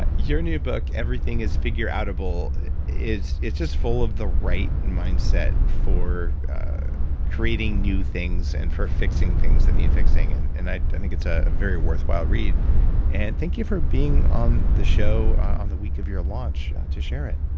ah your new book, everything is figureoutable is just full of the right mindset for creating new things and for fixing things that need fixing. and and i think it's a very worthwhile read and thank you for being on the show on the week of your launch to share it.